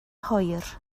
hwyr